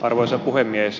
arvoisa puhemies